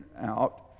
out